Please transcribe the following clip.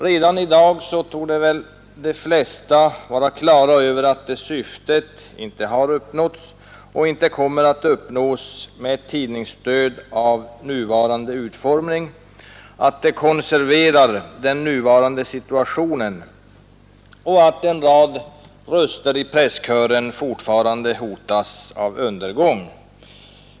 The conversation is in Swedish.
Redan i dag torde de flesta vara på det klara med att det syftet inte har uppnåtts och inte kommer att uppnås med ett tidningsstöd av nuvarande utformning, att det konserverar den nuvarande situationen och att en rad röster i presskören fortfarande hotas av undergång.